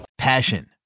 Passion